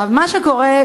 מה שקורה,